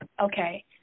Okay